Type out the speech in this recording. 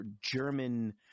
German –